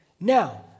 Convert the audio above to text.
Now